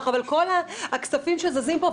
אבל כל הכספים שזזים פה,